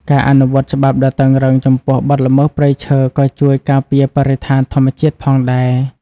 ការអនុវត្តច្បាប់ដ៏តឹងរ៉ឹងចំពោះបទល្មើសព្រៃឈើក៏ជួយការពារបរិស្ថានធម្មជាតិផងដែរ។